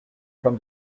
from